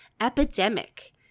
epidemic